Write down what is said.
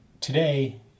today